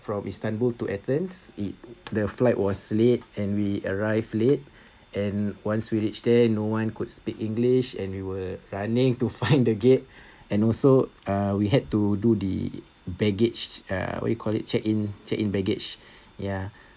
from istanbul to athens it the flight was late and we arrive late and once we reach there no one could speak english and we were running to find the gate and also uh we had to do the baggage uh what you call it check-in check-in baggage ya